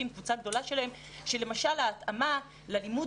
עם קבוצה גדולה שלהם כאשר למשל ההתאמה ללימוד